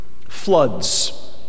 floods